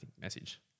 message